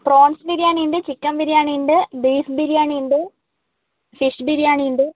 prawns ബിരിയാണിയുണ്ട് chicken biryani ഉണ്ട് beef biryani ഉണ്ട് ഫിഷ് ബിരിയാണി ഉണ്ട്